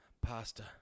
pasta